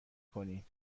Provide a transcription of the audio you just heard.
کنین